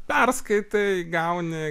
perskaitai gauni